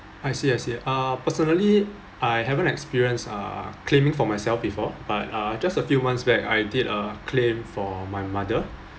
I see I see uh personally I haven't experienced uh claiming for myself before but uh just a few months back I did a claim for my mother